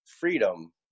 freedom